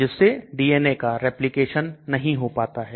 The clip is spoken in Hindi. जिससे DNA का replication नहीं हो पाता है